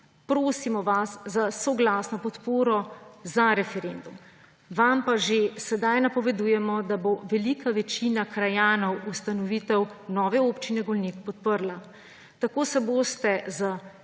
prosimo vas za soglasno podporo za referendum. Vam pa že sedaj napovedujemo, da bo velika večina krajanov ustanovitev nove Občine Golnik podprla. Tako se boste z